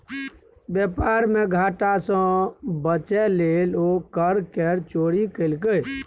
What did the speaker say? बेपार मे घाटा सँ बचय लेल ओ कर केर चोरी केलकै